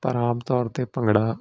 ਪਰ ਆਮ ਤੌਰ 'ਤੇ ਭੰਗੜਾ